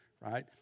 right